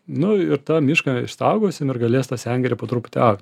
nu ir tą mišką išsaugosim ir galės ta sengirė po truputį augt